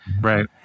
right